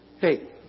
Hey